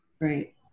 right